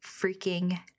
freaking